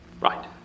Right